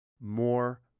more